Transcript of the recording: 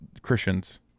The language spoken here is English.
christians